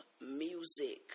music